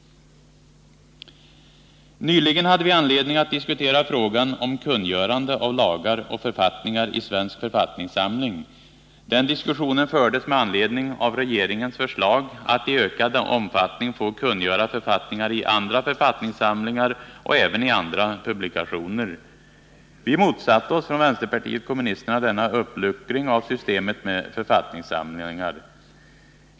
Nyligen hade vi anledning att diskutera frågan om kungörande av lagar och författningar i Svensk författningssamling. Den diskussionen fördes med anledning av regeringens förslag att man i ökad omfattning skulle få kungöra författningar i andra författningssamlingar och även i andra publikationer. Vi motsatte oss från vänsterpartiet kommunisterna denna uppluckring av systemet med författningssamlingar.